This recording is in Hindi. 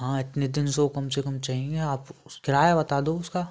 हाँ इतने दिन से वह कम से कम चाहिए आप किराया बता दो उसका